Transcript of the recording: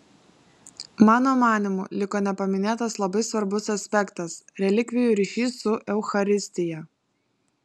mano manymu liko nepaminėtas labai svarbus aspektas relikvijų ryšys su eucharistija